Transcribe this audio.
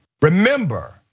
remember